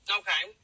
okay